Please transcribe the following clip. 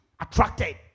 attracted